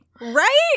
Right